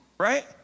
right